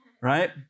right